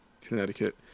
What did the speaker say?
Connecticut